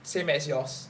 same as yours